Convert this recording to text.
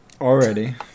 Already